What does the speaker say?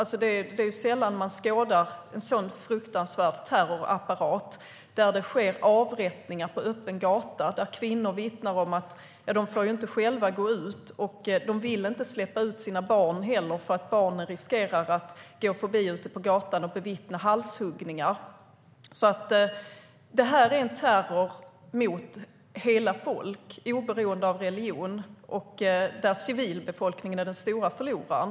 Det är sällan man skådar en sådan fruktansvärd terrorapparat, där det sker avrättningar på öppen gata, där kvinnor vittnar om att de själva inte får gå ut. De vill inte heller släppa ut sina barn, för barnen riskerar att gå förbi ute på gatan och bevittna halshuggningar. Det här är en terror mot hela folk, oberoende av religion, där civilbefolkningen är den stora förloraren.